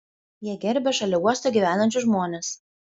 jie gerbia šalia uosto gyvenančius žmones